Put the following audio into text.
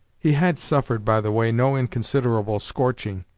he had suffered, by the way, no inconsiderable scorching,